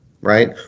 right